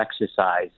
exercise